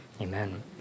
Amen